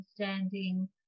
understanding